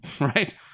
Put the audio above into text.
right